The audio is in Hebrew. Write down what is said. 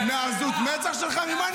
ממה להתבייש, מעזות המצח שלך?